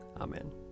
Amen